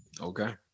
Okay